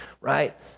right